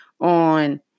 on